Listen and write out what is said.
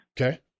Okay